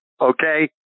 Okay